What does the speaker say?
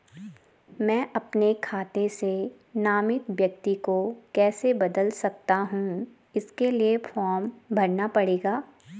मैं अपने खाते से नामित व्यक्ति को कैसे बदल सकता हूँ इसके लिए फॉर्म भरना पड़ेगा?